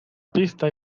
pista